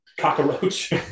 cockroach